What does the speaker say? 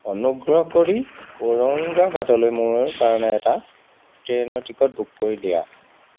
অনুগ্ৰহ কৰি ঔৰংগাবাদলৈ মোৰ কাৰণে এটা ট্ৰেইনৰ টিকট বুক কৰি দিয়া